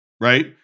right